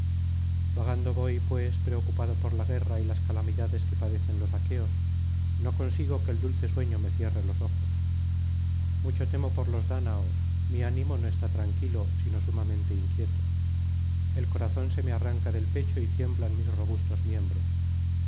vagando voy pues preocupado por la guerra y las calamidades que padecen los aqueos no consigo que el dulce sueño me cierre los ojos mucho temo por los dáñaos mi ánimo no está tranquilo sino sumamente inquieto el corazón se me arranca del pecho y tiemblan mis robustos miembros